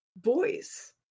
voice